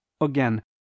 Again